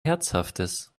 herzhaftes